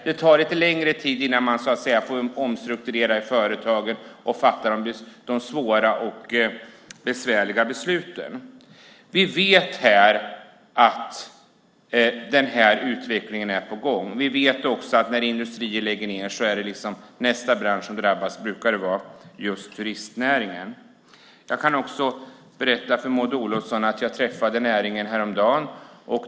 Det tar lite längre tid innan man så att säga omstrukturerar företagen och fattar de svåra och besvärliga besluten. Vi vet att den här utvecklingen är på gång. Vi vet också att när industrier lägger ned verksamhet brukar nästa bransch som drabbas vara just turistnäringen. Jag kan också berätta för Maud Olofsson att jag träffade näringen häromdagen.